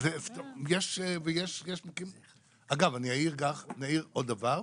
אגב, אני אעיר עוד דבר,